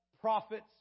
prophets